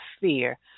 fear